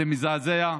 זה מזעזע.